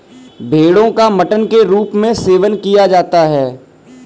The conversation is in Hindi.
भेड़ो का मटन के रूप में सेवन किया जाता है